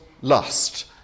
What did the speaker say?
lust